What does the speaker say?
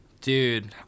Dude